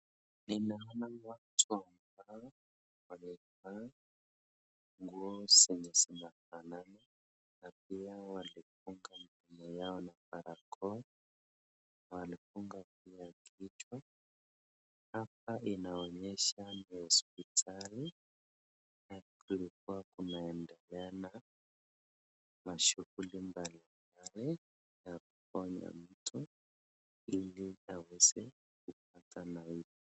ninaona watu ambao walivaa nguo zenye zinafanana na pia walifunga midomo yao na barakoa, walifunga pia kichwa. Hapa inaonyesha ni hospitali ambapo kulikuwa kunaendelea na mashughuli mbalimbali na kuponya mtu ili aweze kupata maisha.